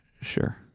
Sure